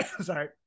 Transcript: sorry